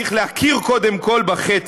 צריך להכיר קודם כול בחטא,